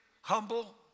humble